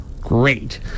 Great